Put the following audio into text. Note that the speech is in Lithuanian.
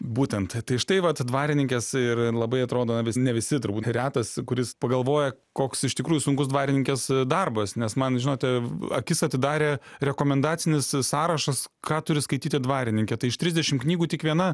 būtent tai štai vat dvarininkės ir labai atrodo ne visi turbūt ir retas kuris pagalvoja koks iš tikrųjų sunkus dvarininkės darbas nes man žinote akis atidarė rekomendacinis sąrašas ką turi skaityti dvarininkė tai iš trisdešimt knygų tik viena